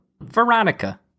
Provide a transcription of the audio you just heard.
Veronica